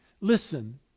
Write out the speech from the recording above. Listen